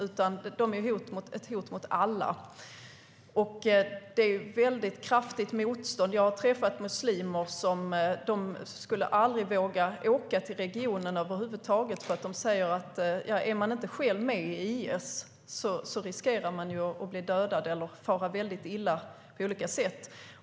IS är ett hot mot alla. Motståndet är kraftigt. Jag har träffat muslimer som säger att de aldrig skulle våga åka till regionen över huvud taget, för de säger att om man inte själv är med i IS riskerar man att bli dödad eller fara väldigt illa på olika sätt.